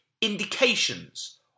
indications